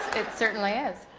it certainly is.